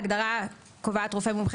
ההגדרה קובעת "רופא מומחה",